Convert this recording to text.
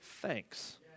thanks